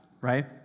right